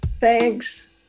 thanks